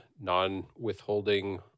non-withholding